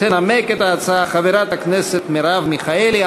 תנמק את ההצעה חברת הכנסת מרב מיכאלי.